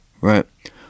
right